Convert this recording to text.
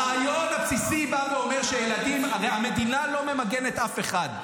הרעיון הבסיסי בא ואומר שהמדינה לא ממגנת אף אחד.